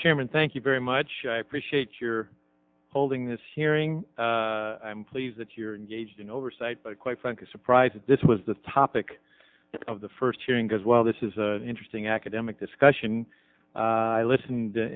chairman thank you very much i appreciate your holding this hearing i'm pleased that you're engaged in oversight but quite frankly surprised that this was the topic of the first hearing as well this is interesting academic discussion i listen